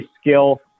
skill